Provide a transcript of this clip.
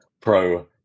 pro